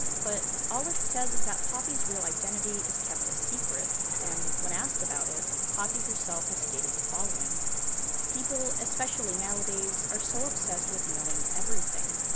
but all it says is that poppy's real identity is kept a secret, and when asked about, it poppy herself has stated the following people, especially nowadays, are so obsessed with knowing everything.